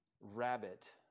rabbit